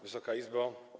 Wysoka Izbo!